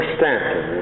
Stanton